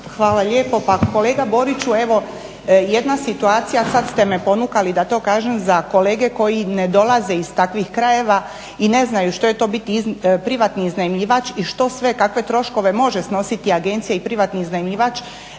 Hvala lijepo. Pa kolega Boriću, evo jedna situacija, sad ste me ponukali da to kažem za kolege koji ne dolaze iz takvih krajeva i ne znaju što je to biti privatni iznajmljivač i što sve, kakve troškove može snositi agencija i privatni iznajmljivač,